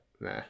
nah